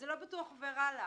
שלא בטוח שזה עובר הלאה.